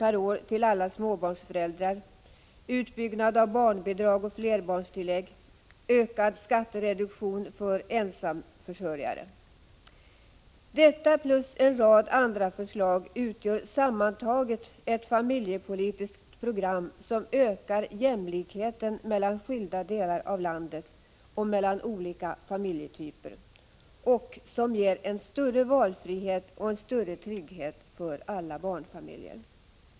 per år till alla småbarnsföräldrar, utbyggnad av barnbidrag och flerbarnstillägg samt ökad skattereduktion för ensamförsörjare. Detta plus en rad andra förslag utgör sammantaget ett familjepolitiskt program som ökar jämlikheten mellan skilda delar av landet och mellan olika familjetyper. Det ger också en större valfrihet och en större trygghet för alla barnfamiljer.